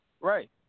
Right